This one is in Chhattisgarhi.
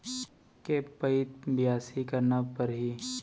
के पइत बियासी करना परहि?